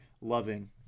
loving